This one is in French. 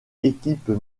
équipes